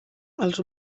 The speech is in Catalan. els